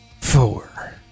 four